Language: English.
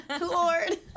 Lord